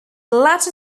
latter